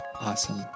Awesome